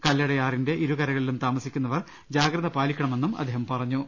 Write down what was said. കല്പടയാറിന്റെ ഇരുകരകളിലും താമസിക്കുന്നവർ ജാഗ്രത പാലിക്കണ്മെന്ന് കലക്ടർ പറഞ്ഞു